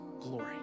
glory